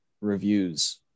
reviews